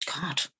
God